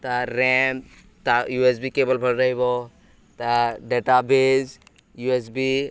ତା' ରାମ୍ ତା' U S B cable ଭଲ ରହିବ ତା' ଡାଟା ବେସ୍ ୟୁ ଏସ୍ ବିି